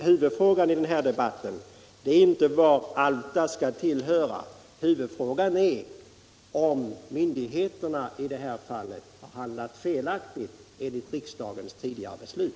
Huvudfrågan i denna debatt är inte vart Alfta skall höra utan om myndigheterna i detta fall har handlat felaktigt och inte i enlighet med riksdagens tidigare beslut.